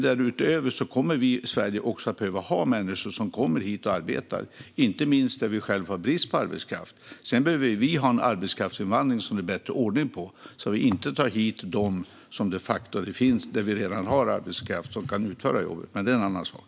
Därutöver kommer vi i Sverige också att behöva människor som kommer hit och arbetar, inte minst där vi själva har brist på arbetskraft. Sedan behöver vi ha bättre ordning på arbetskraftsinvandringen så att vi inte tar hit människor om vi de facto redan har arbetskraft som kan utföra jobbet. Men det är en annan sak.